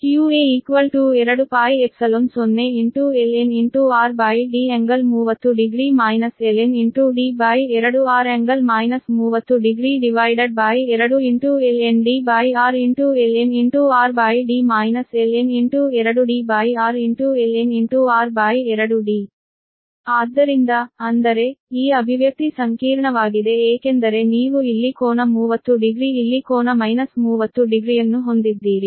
qa 2π0ln rd ∟300 ln D2r ∟ 300 2Drln rD ln 2Dr ln r2D ಆದ್ದರಿಂದ ಅಂದರೆ ಈ ಅಭಿವ್ಯಕ್ತಿ ಸಂಕೀರ್ಣವಾಗಿದೆ ಏಕೆಂದರೆ ನೀವು ಇಲ್ಲಿ ಕೋನ 30 ಡಿಗ್ರಿ ಇಲ್ಲಿ ಕೋನ ಮೈನಸ್ 30 ಡಿಗ್ರಿಯನ್ನು ಹೊಂದಿದ್ದೀರಿ